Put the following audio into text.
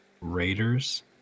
raiders